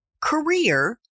career